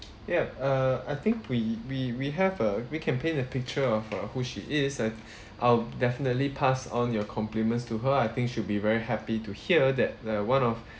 yup uh I think we we we have a we can paint a picture of uh who she is and I'll definitely pass on your compliments to her I think she'd be very happy to hear that uh one of